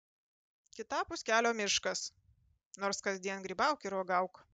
kitapus kelio miškas nors kasdien grybauk ir uogauk